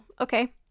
Okay